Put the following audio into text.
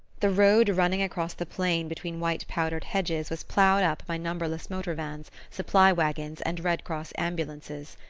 the road running across the plain between white-powdered hedges was ploughed up by numberless motor-vans, supply-waggons and red cross ambulances.